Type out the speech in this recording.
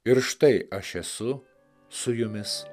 ir štai aš esu su jumis